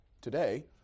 today